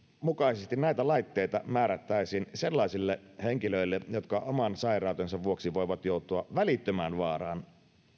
mukaisesti näitä laitteita määrättäisiin sellaisille henkilöille jotka oman sairautensa vuoksi voivat joutua välittömään vaaraan